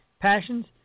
passions